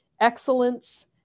excellence